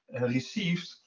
received